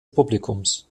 publikums